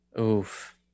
oof